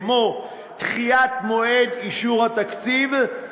כמו דחיית מועד אישור התקציב,